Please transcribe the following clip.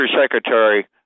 Secretary